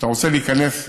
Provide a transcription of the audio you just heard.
אתה רוצה להיכנס לעיר?